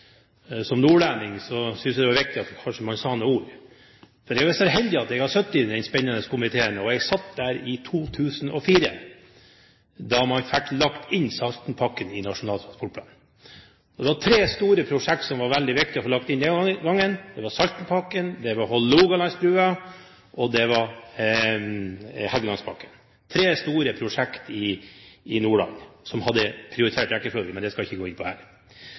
som nordlending synes jeg det var viktig at man kanskje sa noen ord. Jeg har vært så heldig at jeg har sittet i denne spennende komiteen. Jeg satt der i 2004, da man fikk lagt Saltenpakken inn i Nasjonal transportplan. Det var tre store prosjekt som var veldig viktig å få lagt inn den gangen – det var Saltenpakken, det var Hålogalandsbrua, og det var Helgelandspakken. Det var tre store prosjekt i Nordland, som hadde prioritert rekkefølge, men det skal jeg ikke gå inn på her.